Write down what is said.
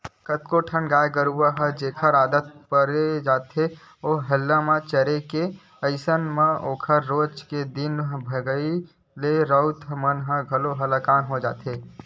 कतको ठन गाय गरु रहिथे जेखर आदत पर जाथे हेल्ला चरे के अइसन म ओखर रोज दिन के भगई ले राउत मन ह घलोक हलाकान हो जाथे